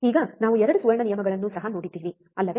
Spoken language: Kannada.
ಈಗ ನಾವು 2 ಸುವರ್ಣ ನಿಯಮಗಳನ್ನು ಸಹ ನೋಡಿದ್ದೇವೆ ಅಲ್ಲವೇ